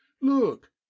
Look